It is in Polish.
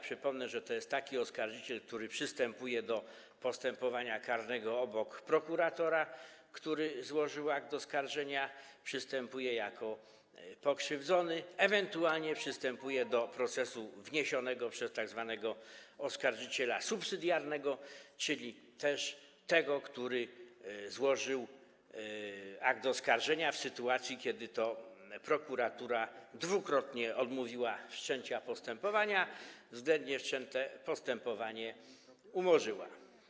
Przypomnę, że to jest taki oskarżyciel, który przystępuje do postępowania karnego obok prokuratora, który złożył akt oskarżenia, przystępuje jako pokrzywdzony, ewentualnie przystępuje do procesu wniesionego przez tzw. oskarżyciela subsydiarnego, czyli tego, który złożył akt oskarżenia w sytuacji, kiedy prokuratura dwukrotnie odmówiła wszczęcia postępowania, względnie wszczęte postępowanie umorzyła.